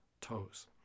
toes